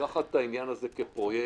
יש לקחת את העניין הזה כפרויקט.